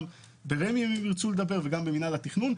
גם ברמ"י וגם במנהל התכנון,